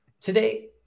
Today